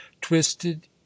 twisted